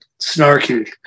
snarky